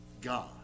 God